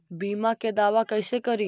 बीमा के दावा कैसे करी?